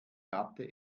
ratte